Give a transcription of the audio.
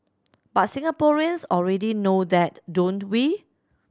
but Singaporeans already know that don't we